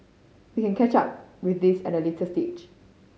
we can catch up with this at the later stage